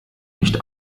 nicht